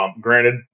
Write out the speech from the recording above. Granted